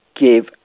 give